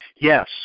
Yes